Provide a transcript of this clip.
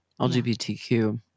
LGBTQ